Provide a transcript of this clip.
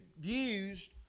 views